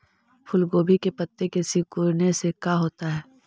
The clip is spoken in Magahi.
फूल गोभी के पत्ते के सिकुड़ने से का होता है?